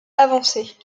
avancées